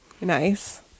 Nice